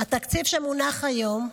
התקציב שמונח היום,